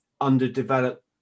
underdeveloped